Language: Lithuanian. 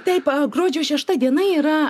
taip gruodžio šešta diena yra